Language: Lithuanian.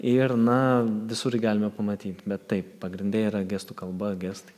ir na visur jį galime pamatyt bet taip pagrinde yra gestų kalba gestai